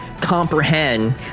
comprehend